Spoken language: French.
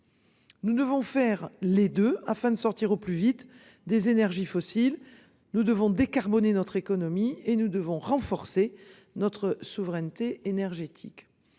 Nous devons faire les deux. Afin de sortir au plus vite des énergies fossiles. Nous devons décarboner notre économie et nous devons renforcer notre souveraineté énergétique